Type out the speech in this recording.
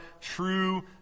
true